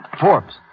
Forbes